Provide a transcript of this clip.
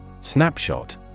Snapshot